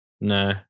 no